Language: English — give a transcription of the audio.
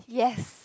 yes